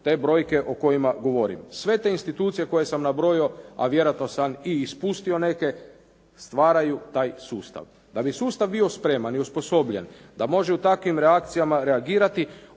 te brojke o kojima govorim. Sve te institucije koje sam nabrojio, a vjerojatno sam i ispustio neke, stvaraju taj sustav. Da bi sustav bio spreman i osposobljen, da može u takvim reakcijama reagirati,